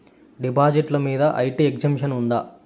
డిపాజిట్లు మీద IT exemption ఉందా?